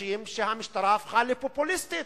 שחשים שהמשטרה הפכה פופוליסטית.